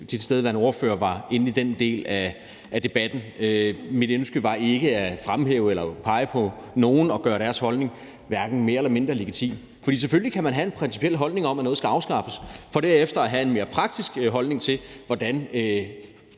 tilstedeværende ordførere var inde i den del af debatten. Mit ønske var ikke at fremhæve eller pege på nogen og gøre deres holdning hverken mere eller mindre legitim. For selvfølgelig kan man have en principiel holdning om, at noget skal afskaffes, for derefter at have en mere praktisk holdning til, hvordan